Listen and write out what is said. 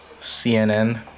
CNN